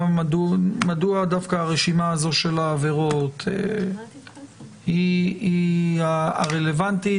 מדוע דווקא הרשימה הזאת של העבירות היא הרלוונטית?